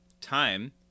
time